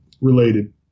related